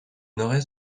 nord